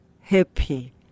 Happy